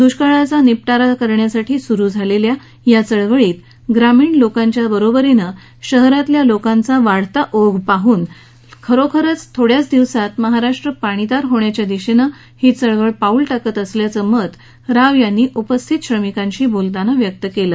दुष्काळाचा निपटारा करण्यासाठी सुरू झालेल्या या चळवळीत ग्रामीण लोकांच्या बरोबरीनं शहरातल्या लोकांचा वाढता ओघ बघून खरोखरच थोड्याच दिवसात महाराष्ट्र पाणीदार होण्याच्या दिशेनं ही चळवळ पाऊल टाकत असल्याचं मत किरण राव यांनी उपस्थित श्रमिकांशी बोलताना व्यक्त केलं